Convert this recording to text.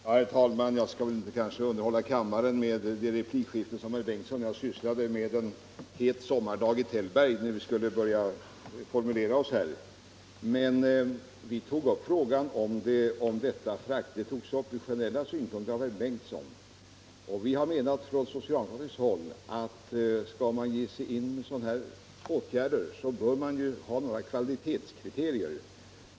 Herr talman! Jag skall kanske inte underhålla kammarens ledamöter med samma replikskifte som herr förste vice talmannen Bengtson och jag stod för en het sommardag i Tällberg, när vi började formulera våra ståndpunkter i filmutredningen. Denna fråga togs upp av herr Bengtson från en generell synpunkt. Vi har på socialdemokratiskt håll menat att skall fraktstöd tillämpas på filmens område måste detta grundas på kvalitetskriterier.